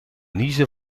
niezen